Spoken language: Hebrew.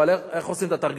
אבל איך עושים את התרגילים?